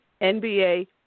NBA